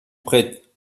prêtent